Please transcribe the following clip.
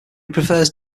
prefers